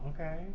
okay